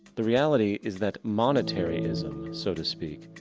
the reality is that monetary-ism, so to speak,